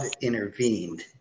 intervened